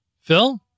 Phil